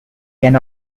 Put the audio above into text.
can